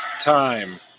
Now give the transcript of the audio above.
Time